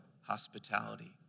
hospitality